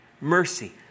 Mercy